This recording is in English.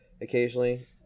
occasionally